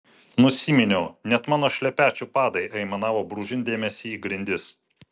nusiminiau net mano šlepečių padai aimanavo brūžindamiesi į grindis